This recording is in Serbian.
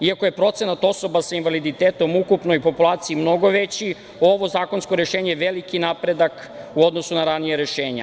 Iako je procenat osoba sa invaliditetom u ukupnoj populaciji mnogo veći, ovo zakonsko rešenje je veliki napredak u odnosu na ranija rešenja.